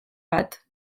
bat